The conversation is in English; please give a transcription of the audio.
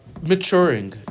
maturing